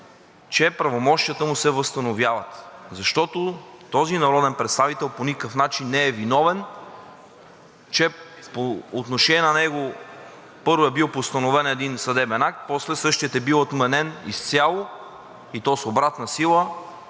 Правомощията му се възстановяват, защото този народен представител по никакъв начин не е виновен, че по отношение на него, първо, е бил постановен един съдебен акт, а после същият е бил отменен изцяло, и то с обратна сила